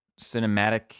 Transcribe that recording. cinematic